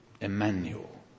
Emmanuel